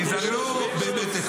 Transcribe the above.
כי זה לא באמת.